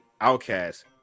Outcast